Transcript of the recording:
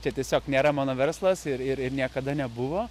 čia tiesiog nėra mano verslas ir ir ir niekada nebuvo